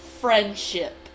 friendship